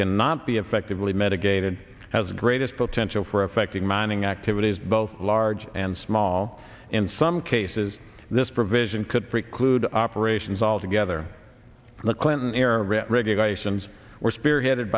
cannot be effectively mitigated has the greatest potential for affecting mining activities both large and small in some cases this provision could preclude operations altogether in the clinton era regulations were spearheaded